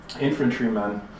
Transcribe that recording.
infantrymen